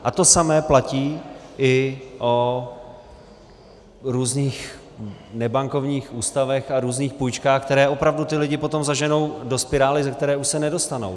A to samé platí i o různých nebankovních ústavech a různých půjčkách, které opravdu ty lidi potom zaženou do spirály, ze které už se nedostanou.